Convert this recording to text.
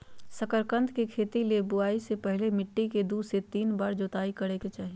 शकरकंद के खेती ले बुआई से पहले मिट्टी के दू से तीन बार जोताई करय के चाही